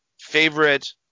favorite